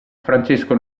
francesco